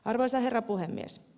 arvoisa herra puhemies